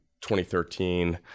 2013